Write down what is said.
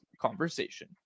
Conversation